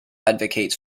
advocates